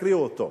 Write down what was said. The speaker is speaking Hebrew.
תקריאו אותו.